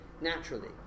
naturally